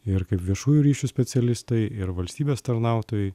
ir kaip viešųjų ryšių specialistai ir valstybės tarnautojai